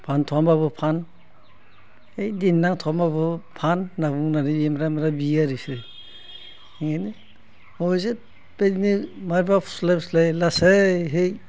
फानथ'वाबाबो फान है दे नांथ'वाबाबो फान होननानै बुंनानै एमब्रा एमब्रा बियो आरो बिसोर बेखायनो अबयस्से बिदिनो माइबा फुस्लाय फुस्लाय लासैहै